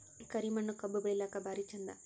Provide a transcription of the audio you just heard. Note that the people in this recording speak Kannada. ಕರಿ ಮಣ್ಣು ಕಬ್ಬು ಬೆಳಿಲ್ಲಾಕ ಭಾರಿ ಚಂದ?